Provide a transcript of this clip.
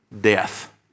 death